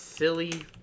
Silly